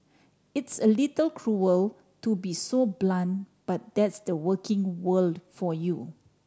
it's a little cruel to be so blunt but that's the working world for you